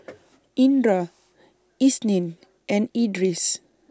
Indra Isnin and Idris